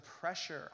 pressure